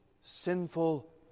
sinful